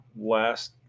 last